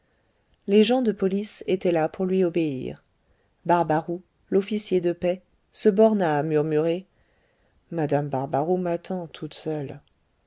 les gens de police étaient là pour lui obéir barbaroux l'officier de paix se borna à murmurer mme barbaroux m'attend toute seule